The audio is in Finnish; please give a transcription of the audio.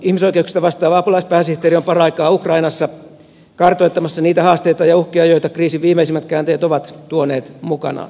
ykn ihmisoikeuksista vastaava apulaispääsihteeri on paraikaa ukrainassa kartoittamassa niitä haasteita ja uhkia joita kriisin viimeisimmät käänteet ovat tuoneet mukanaan